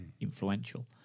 influential